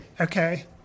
Okay